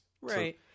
right